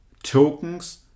Tokens